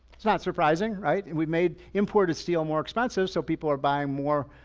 it's not surprising, right? and we've made imported steel more expensive, so people are buying more.